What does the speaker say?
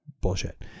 bullshit